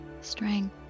strength